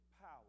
power